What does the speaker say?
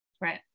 Right